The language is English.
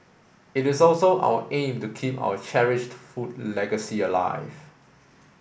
it is also our aim to keep our cherished food legacy alive